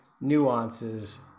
nuances